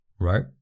right